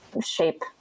shape